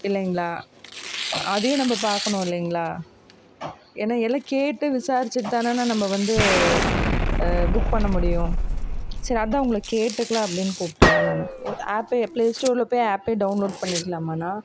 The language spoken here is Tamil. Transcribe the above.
இல்லைங்களா அதையும் நம்ம பார்க்கணும் இல்லைங்களா ஏன்னா எல்லாம் கேட்டு விசாரிச்சுட்டு தானேண்ணா நம்ம வந்து புக் பண்ண முடியும் சரி அதான் உங்களை கேட்டுக்கலாம் அப்டின்னு கூப்பிட்டண்ணா ஆப்பே ஃபிளே ஸ்டோரில் போய் ஆப்பே டவுன்லோட் பண்ணிக்கலாமாண்ணா